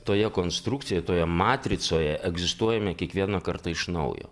toje konstrukcijoje toje matricoje egzistuojame kiekvieną kartą iš naujo